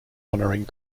honoring